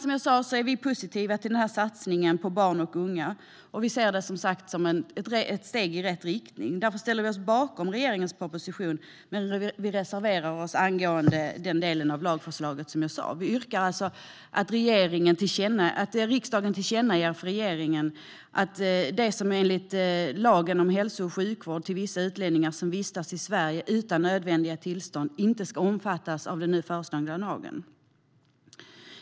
Som jag sa är vi positiva till den här satsningen på barn och unga och ser det som ett steg i rätt riktning. Därför ställer vi oss bakom regeringens proposition, men vi reserverar oss angående den delen av lagförslaget som jag tog upp. Vi yrkar att riksdagen tillkännager för regeringen att de som enligt lagen om hälso och sjukvård till vissa utlänningar som vistas i Sverige utan nödvändiga tillstånd inte ska omfattas av den nu föreslagna lagen.